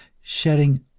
shedding